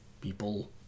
people